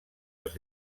els